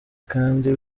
kandi